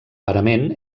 parament